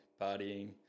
partying